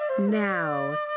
Now